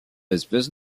espèce